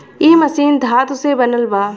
इ मशीन धातु से बनल बा